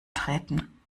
treten